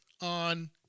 on